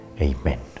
Amen